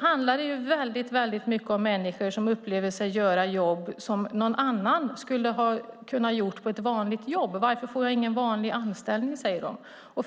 handlar det ofta om människor som upplever sig göra jobb som någon annan hade kunnat göra på ett vanligt jobb. Varför får de inte en vanlig anställning, frågar de?